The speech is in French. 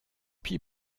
pis